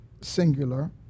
singular